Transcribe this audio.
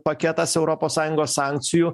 paketas europos sąjungos sankcijų